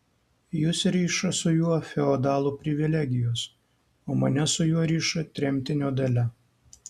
jus riša su juo feodalų privilegijos o mane su juo riša tremtinio dalia